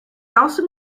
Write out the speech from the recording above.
also